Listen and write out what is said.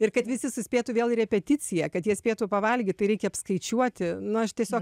ir kad visi suspėtų vėl į repeticiją kad jie spėtų pavalgyt tai reikia apskaičiuoti na aš tiesiog